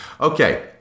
Okay